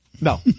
No